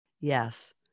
Yes